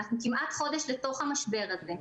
אנחנו כמעט חודש לתוך המשבר הזה,